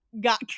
got